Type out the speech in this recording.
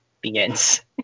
begins